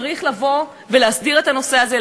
צריך להסדיר את הנושא הזה,